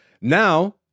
Now